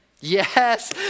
Yes